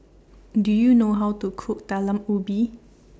Do YOU know How to Cook Talam Ubi